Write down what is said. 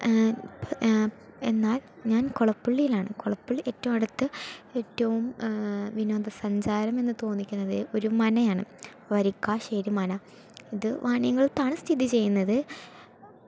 എന്നാൽ ഞാൻ കുളപ്പള്ളിയിലാണ് കുളപ്പള്ളി ഏറ്റവും അടുത്ത് ഏറ്റവും വിനോദ സഞ്ചാരം എന്ന് തോന്നിക്കുന്നത് ഒരു മനയാണ് വരിക്കാശ്ശേരി മന ഇത് വാണിയം കുളത്താണ് സ്ഥിതി ചെയ്യുന്നത്